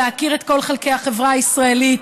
להכיר את כל חלקי החברה הישראלית,